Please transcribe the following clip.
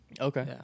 Okay